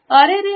अरे देवा